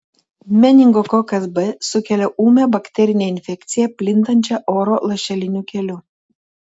meningokokas b sukelia ūmią bakterinę infekciją plintančią oro lašeliniu keliu